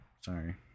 Sorry